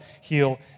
heal